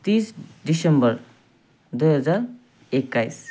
तिस दिसम्बर दुई हजार एक्काइस